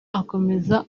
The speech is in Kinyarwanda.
akomeza